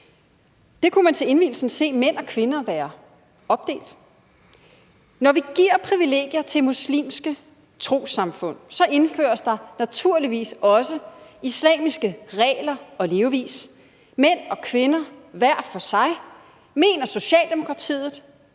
Der kunne man til indvielsen se mænd og kvinder være opdelt. Når vi giver privilegier til muslimske trossamfund, indføres der naturligvis også islamiske regler og levevis – mænd og kvinder er hver for sig. Mener Socialdemokratiet